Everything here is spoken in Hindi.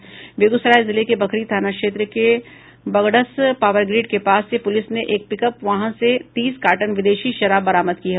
बेगूसराय जिले के बखरी थाना क्षेत्र के बगड़स पावरग्रिड के पास से पूलिस ने एक पिकअप वाहन से तीस कार्टन विदेशी शराब बरामद की है